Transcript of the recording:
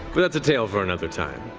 but that's a tale for another time.